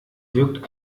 wirkt